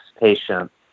patients